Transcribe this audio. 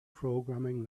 programming